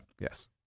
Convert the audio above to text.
Yes